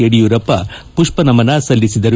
ಯಡಿಯೂರಪ್ಪ ಪುಷ್ಷ ನಮನ ಸಲ್ಲಿಸಿದರು